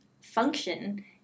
function